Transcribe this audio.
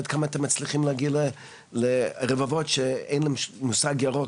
ועד כמה אתם מצליחים להגיע לרבבות שאין להם מושג ירוק,